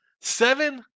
Seven